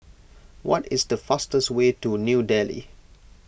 what is the fastest way to New Delhi